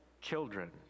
children